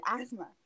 asthma